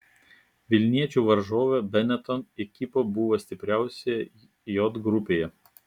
vilniečių varžovė benetton ekipa buvo stipriausia j grupėje